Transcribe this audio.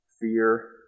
fear